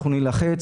אנחנו נילחץ.